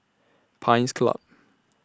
Pines Club